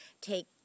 take